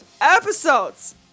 episodes